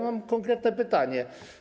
Mam konkretne pytanie.